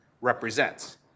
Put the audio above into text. represents